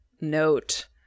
note